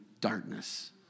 darkness